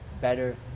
better